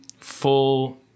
full